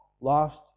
lost